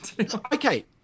okay